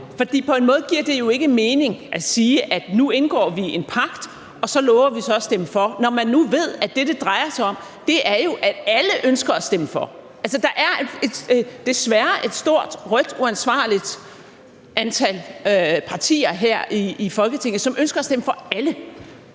(DF): På den måde giver det ikke mening at sige, at nu indgår vi en pagt, og så lover vi så at stemme for, når man nu ved, at det, det drejer sig om, jo er, at alle ønsker at stemme for. Der er desværre et stort rødt uansvarligt antal partier her i Folketinget, som ønsker at stemme for alle.